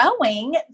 growing